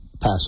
pass